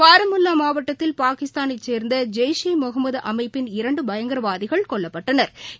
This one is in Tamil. பாரமுல்லாமாவட்டத்தில் பாகிஸ்தானைச் சேர்ந்தஜெயஷ் ஈ முகமதுஅமைப்பின் இரண்டுபயங்கரவாதிகள் கொல்லப்பட்டனா்